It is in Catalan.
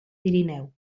pirineu